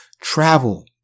travel